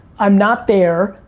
i'm not there.